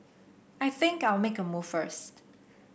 I think I'll make a move first